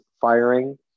firing